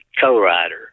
co-writer